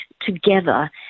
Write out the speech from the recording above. together